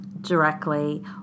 directly